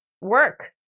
work